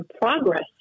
progress